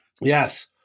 Yes